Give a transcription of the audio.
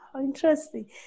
interesting